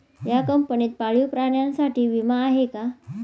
या कंपनीत पाळीव प्राण्यांसाठी विमा आहे का?